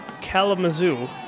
Kalamazoo